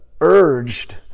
urged